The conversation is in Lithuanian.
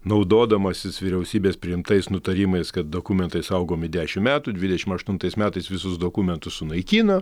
naudodamasis vyriausybės priimtais nutarimais kad dokumentai saugomi dešimt metų dvidešimt aštuntais metais visus dokumentus sunaikino